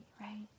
right